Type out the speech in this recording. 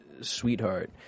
Sweetheart